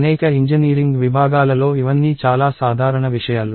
అనేక ఇంజనీరింగ్ విభాగాలలో ఇవన్నీ చాలా సాధారణ విషయాలు